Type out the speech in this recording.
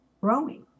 growing